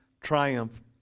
triumph